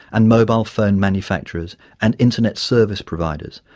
and mobile phone manufacturers and internet service providers,